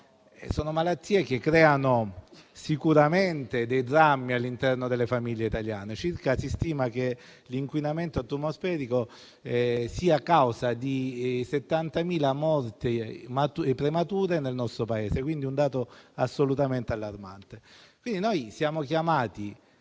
e tumori - che creano sicuramente drammi all'interno delle famiglie italiane. Si stima che l'inquinamento atmosferico sia causa di 70.000 morti premature nel nostro Paese, un dato assolutamente allarmante. Siamo quindi chiamati